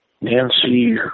Nancy